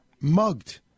mugged